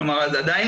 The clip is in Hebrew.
אמרתי